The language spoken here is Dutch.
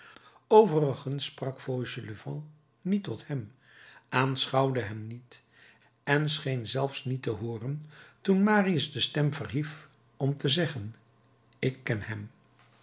overigens sprak fauchelevent niet tot hem aanschouwde hem niet en scheen zelfs niet te hooren toen marius de stem verhief om te zeggen ik ken hem